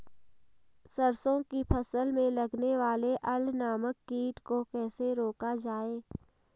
सरसों की फसल में लगने वाले अल नामक कीट को कैसे रोका जाए?